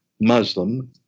Muslim